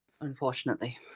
Unfortunately